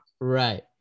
Right